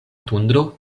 tundro